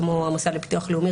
כמו המוסד לביטוח לאומי,